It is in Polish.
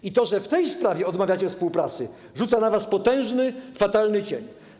I to, że w tej sprawie odmawiacie współpracy, rzuca na was potężny, fatalny cień.